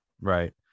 Right